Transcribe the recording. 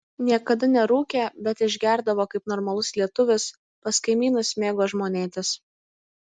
niekada nerūkė bet išgerdavo kaip normalus lietuvis pas kaimynus mėgo žmonėtis